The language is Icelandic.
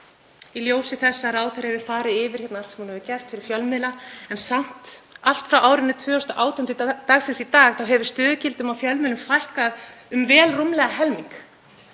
Í ljósi þess að ráðherra hefur farið yfir allt sem hún hefur gert fyrir fjölmiðla þá hefur samt, allt frá árinu 2018 til dagsins í dag, stöðugildum á fjölmiðlum fækkað um vel rúmlega helming.